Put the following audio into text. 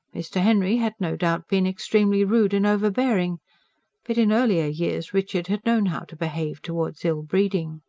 mr. henry had no doubt been extremely rude and overbearing but in earlier years richard had known how to behave towards ill-breeding.